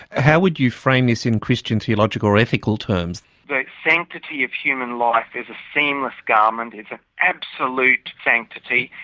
how would you frame this in christian theological or ethical terms? the sanctity of human life is a seamless garment, it's an absolute sanctity,